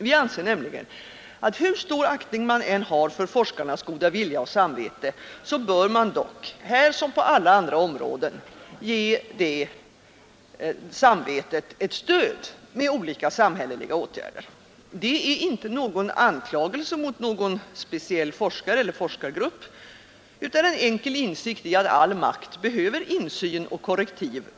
Vi anser nämligen att hur stor aktning man än har för forskarnas goda vilja och samvete, så bör man dock här som på alla andra områden ge detta samvete ett stöd med olika samhälleliga åtgärder. Det är inte någon anklagelse mot någon enskild forskare eller forskargrupp, utan en enkel insikt i att all makt behöver insyn och korrektiv.